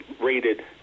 rated